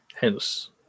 Hence